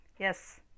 Yes